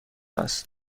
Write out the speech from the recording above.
است